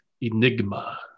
Enigma